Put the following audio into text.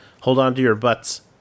hold-on-to-your-butts